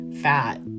fat